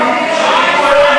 ואנחנו,